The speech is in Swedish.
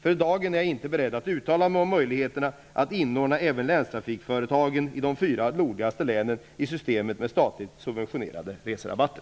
För dagen är jag inte beredd att uttala mig om möjligheterna att inordna även länstrafikföretagen i de fyra nordligaste länen i systemet med statligt subventionerade reserabatter.